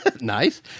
nice